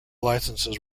licenses